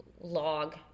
log